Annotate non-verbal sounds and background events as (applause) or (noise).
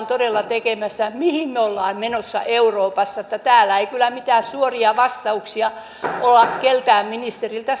(unintelligible) todella tekemässä ja mihin me olemme menossa euroopassa täällä ei kyllä mitään suoria vastauksia olla keltään ministeriltä (unintelligible)